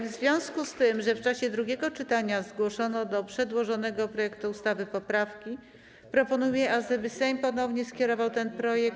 W związku z tym, że w czasie drugiego czytania zgłoszono do przedłożonego projektu ustawy poprawki, proponuję, aby Sejm ponownie skierował ten projekt.